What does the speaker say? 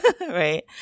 right